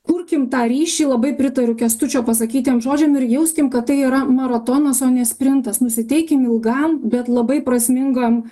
kurkim tą ryšį labai pritariu kęstučio pasakytiem žodžiam ir jauskim kad tai yra maratonas o ne sprintas nusiteikim ilgam bet labai prasmingam